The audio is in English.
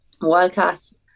Wildcats